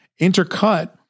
Intercut-